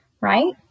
right